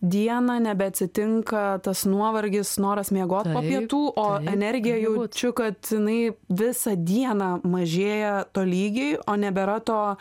dieną nebe atsitinka tas nuovargis noras miegoti po pietų o energija jaučiu kad jinai visą dieną mažėja tolygiai o nebėra to